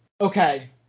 okay